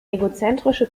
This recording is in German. egozentrische